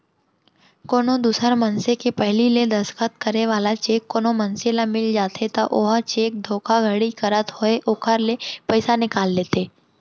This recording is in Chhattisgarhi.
कोनो दूसर मनसे के पहिली ले दस्खत करे वाला चेक कोनो मनसे ल मिल जाथे त ओहा चेक धोखाघड़ी करत होय ओखर ले पइसा निकाल लेथे